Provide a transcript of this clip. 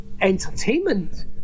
entertainment